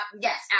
Yes